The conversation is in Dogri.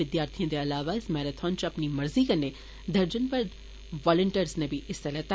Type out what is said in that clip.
विद्यार्थिएं दे अलावा इस मैराथन च अपनी मर्जी कन्नै दर्जन भर वालिन्टीयर नै बी हिस्सा लैता